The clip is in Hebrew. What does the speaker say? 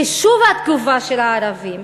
חישוב התגובה של הערבים